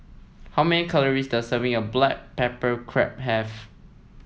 how many calories does a serving of Black Pepper Crab have